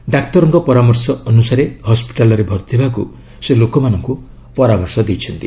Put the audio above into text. ଡାକ୍ତରଙ୍କ ପରାମର୍ଶ ଅନୁସାରେ ହସ୍କିଟାଲ୍ରେ ଭର୍ତ୍ତି ହେବାକୁ ସେ ଲୋକମାନଙ୍କୁ ପରାମର୍ଶ ଦେଇଛନ୍ତି